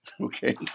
Okay